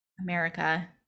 America